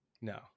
No